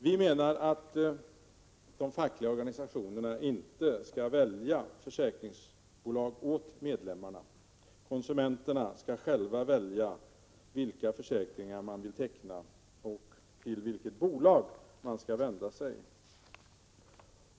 Vi menar att de fackliga organisationerna inte skall välja försäkringsbolag åt medlemmarna. Konsumenterna skall själva välja försäkring och bolag.